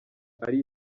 ari